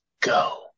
go